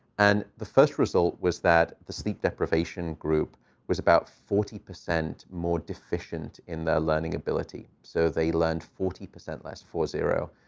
and the first result was that the sleep deprivation group was about forty percent more deficient in their learning ability. so they learned forty percent less, four zero,